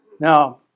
Now